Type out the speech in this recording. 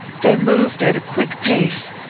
they moved at a quick pace,